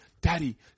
Daddy